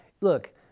look